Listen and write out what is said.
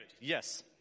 Yes